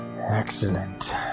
Excellent